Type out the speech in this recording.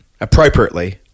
appropriately